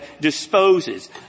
disposes